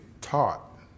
taught